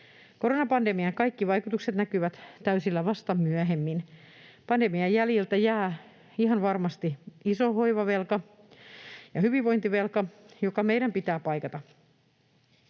Koronapandemian kaikki vaikutukset näkyvät täysillä vasta myöhemmin. Pandemian jäljiltä jää ihan varmasti iso hoivavelka ja hyvinvointivelka, jotka meidän pitää paikata.